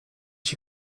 she